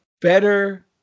better